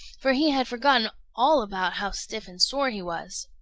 for he had forgotten all about how stiff and sore he was.